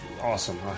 awesome